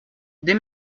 des